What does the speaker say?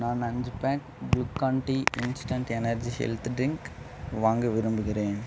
நான் அஞ்சு pack Glucon D instant energy health drink வாங்க விரும்புகிறேன்